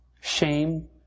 Shame